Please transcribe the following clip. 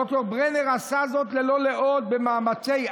ד"ר ברנר עשה זאת ללא לאות במאמצי-על,